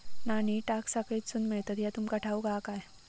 नाणी टांकसाळीतसून मिळतत ह्या तुमका ठाऊक हा काय